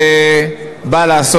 לעשות,